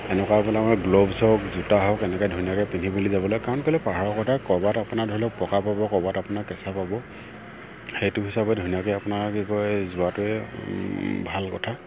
এনেকুৱাবোৰ আমাৰ গ্ল'ভছ হওক জোতা হওক এনেকৈ ধুনীয়াকৈ পিন্ধি মেলি যাব লাগে কাৰণ কেলৈ পাহাৰৰ কথা ক'ৰবাত আপোনাৰ ধৰি লওক পকা পাব ক'ৰবাত আপোনাৰ কেঁচা পাব সেইটো হিচাপে ধুনীয়াকৈ আপোনাৰ কি কয় যোৱাটোৱে ভাল কথা